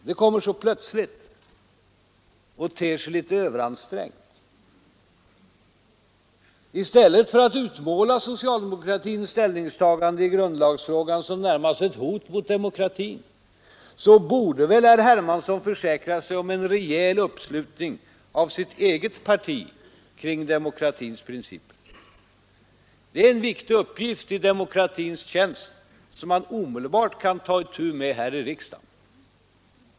Det kommer så plötsligt och ter sig litet överansträngt. I stället för att utmåla socialdemokratins ställningstagande i grundlagsfrågan som närmast ett hot mot demokratin borde herr Hermansson försäkra sig om en rejäl uppslutning av sitt eget parti kring demokratins principer. Det är en viktig uppgift i demokratins tjänst, som han omedelbart kan ta itu med här i riksdagen.